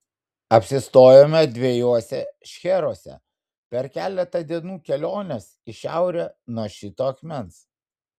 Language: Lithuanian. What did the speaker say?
apsistojome dviejuose šcheruose per keletą dienų kelionės į šiaurę nuo šito akmens